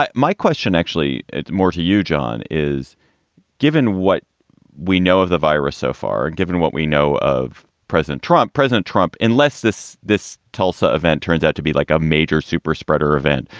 but my question actually more to you, john, is given what we know of the virus so far, and given what we know of president trump, president trump, unless this this tulsa event turns out to be like a major super spreader event,